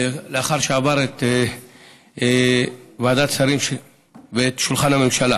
לאחר שעבר ועדת שרים ואת שולחן הממשלה.